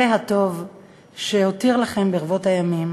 זה הטוב שהותיר לכם ברבות הימים.